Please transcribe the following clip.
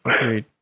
Agreed